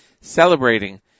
celebrating